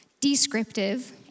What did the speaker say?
descriptive